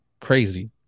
crazy